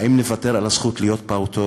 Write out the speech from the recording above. האם נוותר על הזכות להיות פעוטות?